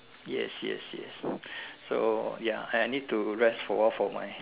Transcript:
yes yes yes so ys I need to rest awhile for my